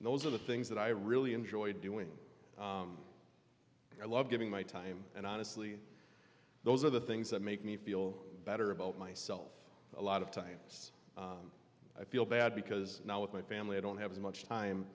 and those are the things that i really enjoyed doing i love giving my time and honestly those are the things that make me feel better about myself a lot of times i feel bad because now with my family i don't have as much time